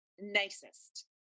nicest